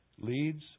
leads